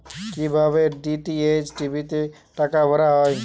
কি ভাবে DTH TV তে টাকা ভরা হয়?